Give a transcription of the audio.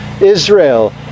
Israel